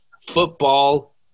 Football